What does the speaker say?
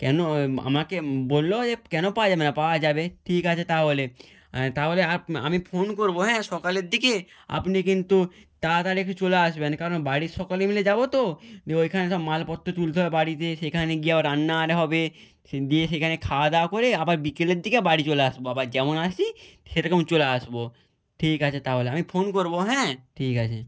কেন আমাকে বললো যে কেন পাওয়া যাবে না পাওয়া যাবে ঠিক আছে তাহলে তাহলে আপ আমি ফোন করব হ্যাঁ সকালের দিকে আপনি কিন্তু তাড়াতাড়ি একটু চলে আসবেন কেননা বাড়ির সকলে মিলে যাব তো দিয়ে ওইখানে সব মালপত্র তুলতে হবে বাড়িতে এসে সেখানে গিয়ে আবার রান্না আরে হবে দিয়ে সেখানে খাওয়া দাওয়া করে আবার বিকেলের দিকে বাড়ি চলে আসব আবার যেমন আসি সেরকম চলে আসব ঠিক আছে তাহলে আমি ফোন করব হ্যাঁ ঠিক আছে